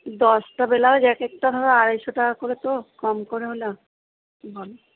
দশটা ব্লাউজ এক একটা ধরো আড়াইশো টাকা করে তো কম করে হলেও বলো